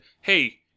Hey